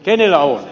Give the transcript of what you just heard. kenellä on